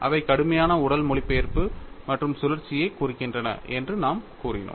அவை கடுமையான உடல் மொழிபெயர்ப்பு மற்றும் சுழற்சியைக் குறிக்கின்றன என்று நாம் கூறினோம்